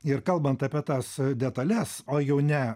ir kalbant apie tas detales o jau ne